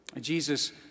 Jesus